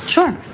sure.